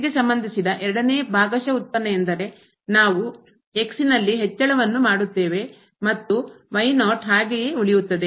ಗೆ ಸಂಬಂಧಿಸಿದ ಎರಡನೇ ಭಾಗಶಃ ಉತ್ಪನ್ನ ಎಂದರೆ ನಾವು ಹೆಚ್ಚಳವನ್ನು ಮಾಡುತ್ತೇವೆ ಮತ್ತು ಹಾಗೆಯೇ ಉಳಿಯುತ್ತದೆ